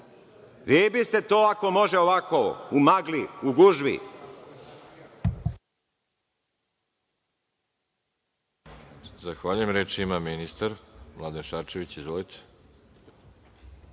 Vi biste to ako može ovako u magli, gužvi.